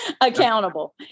accountable